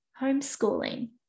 homeschooling